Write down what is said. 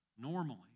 normally